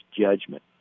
judgment